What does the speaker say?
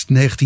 19